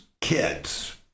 kids